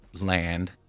land